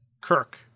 Kirk